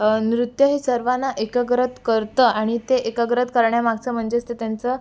नृत्य हे सर्वाना एकाग्र करतं आणि ते एकाग्र करण्यामागचं म्हणजेच ते त्यांचं